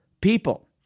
people